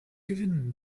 gewinn